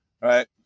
right